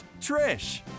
Trish